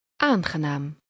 Aangenaam